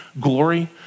glory